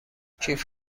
کیف